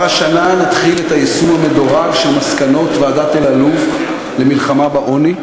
כבר השנה נתחיל את היישום המדורג של מסקנות ועדת אלאלוף למלחמה בעוני,